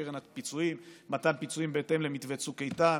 קרן הפיצויים ומתן הפיצויים בהתאם למתווה צוק איתן,